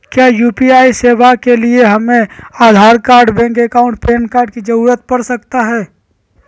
क्या यू.पी.आई सेवाएं के लिए हमें Aadhaar card bank account PAN card की जरूरत पड़ सकता है?